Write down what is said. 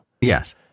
Yes